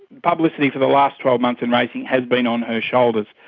publicity for the last twelve months in racing has been on her shoulders.